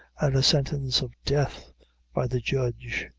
and a sentence of death by the judge.